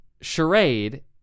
charade